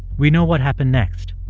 we know what happened next.